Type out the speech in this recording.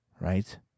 Right